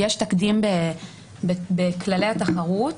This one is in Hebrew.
יש תקדים בכללי התחרות,